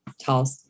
tall